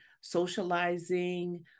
socializing